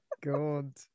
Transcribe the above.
god